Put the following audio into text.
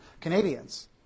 Canadians